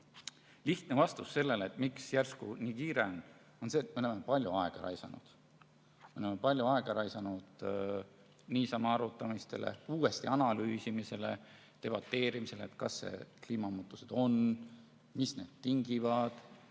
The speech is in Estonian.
Lihtne vastus sellele, miks järsku nii kiire on, on see, et me oleme palju aega raisanud – palju aega raisanud niisama arutamisele, uuesti analüüsimisele ja debateerimisele, kas kliimamuutused on, mis neid tingivad,